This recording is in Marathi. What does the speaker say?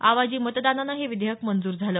आवाजी मतदानानं हे विधेयक मंजूर झालं